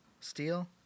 steel